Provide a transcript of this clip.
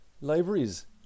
Libraries